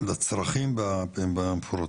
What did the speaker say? לצרכים והפירוטים.